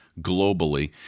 globally